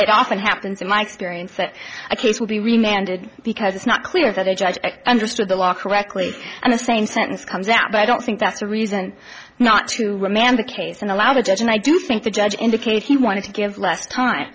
it often happens in my experience that a case will be renamed it because it's not clear that a judge understood the law correctly and the same sentence comes out but i don't think that's a reason not to remand the case and allow the judge and i do think the judge indicated he wanted to give less time